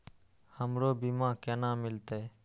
हमरो बीमा केना मिलते?